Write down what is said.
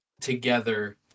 together